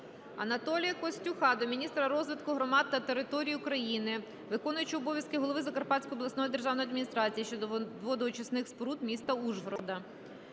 Анатолія Костюха до міністра розвитку громад та територій України, виконуючого обов'язки голови Закарпатської обласної державної адміністрації щодо водоочисних споруд м. Ужгорода.